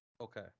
okay